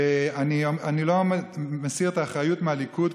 אני לא מסיר את האחריות מהליכוד,